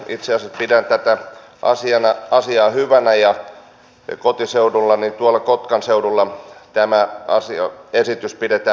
itse asiassa pidän tätä asiaa hyvänä ja kotiseudullani kotkan seudulla tätä esitystä pidetään myönteisenä